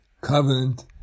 Covenant